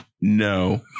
No